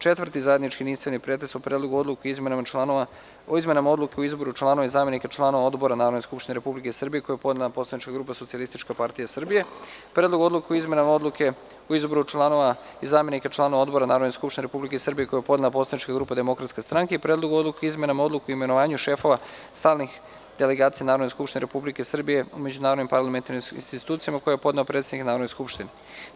Četvrti zajednički jedinstveni pretres o: Predlogu odluke o izmenama Odluke o izboru članova i zamenika članova odbora Narodne skupštine Republike Srbije, koji je podnela Poslanička grupa Socijalistička partija Srbije, Predlogu odluke o dopuni Odluke o izboru članova i zamenika članova odbora Narodne skupštine Republike Srbije, koji je podnela Poslanička grupa Demokratska stranka i Predlogu odluke o izmenama Odluke o imenovanju šefova stalnih delegacija Narodne skupštine Republike Srbije u međunarodnim parlamentarnim institucijama, koji je podneo predsednik Narodne skupštine dr Nebojša Stefanović.